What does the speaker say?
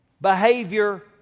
behavior